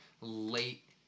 late